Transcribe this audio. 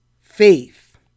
Faith